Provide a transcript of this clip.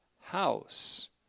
house